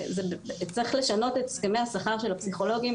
צריך לשנות את הסכמי השכר של הפסיכולוגים.